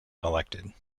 elected